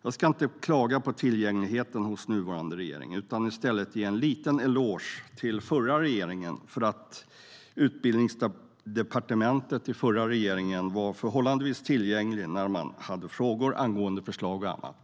Jag ska inte klaga på tillgängligheten hos den nuvarande regeringen utan i stället ge en liten eloge till den förra regeringen för att Utbildningsdepartementet under den förra regeringen var förhållandevis tillgängligt när man hade frågor angående förslag och annat.